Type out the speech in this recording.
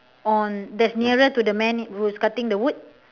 on that's nearer to the man who's cutting the wood